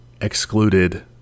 excluded